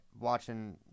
watching